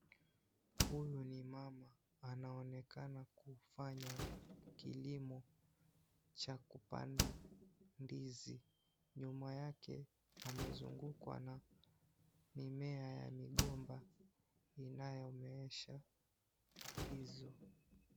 Huyu ni mama, anaonekana kufanya kilimo cha kupanda ndizi, nyuma yake amezungukwa na mimea ya migomba inayomeesha hizo.